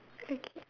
okay